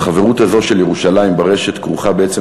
בחברות הזאת של ירושלים ברשת כרוכה בעצם